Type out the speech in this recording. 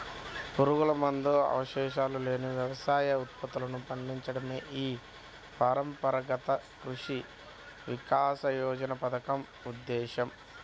పురుగుమందు అవశేషాలు లేని వ్యవసాయ ఉత్పత్తులను పండించడమే ఈ పరంపరాగత కృషి వికాస యోజన పథకం ఉద్దేశ్యం